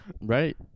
Right